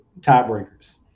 tiebreakers